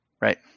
Right